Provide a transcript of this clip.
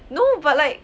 no but like